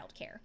childcare